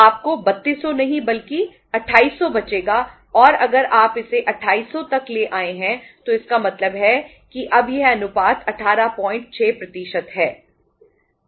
आपको 3200 नहीं बल्कि 2800 बचेगा और अगर आप इसे 2800 तक ले आए हैं तो इसका मतलब है कि अब यह अनुपात 186 है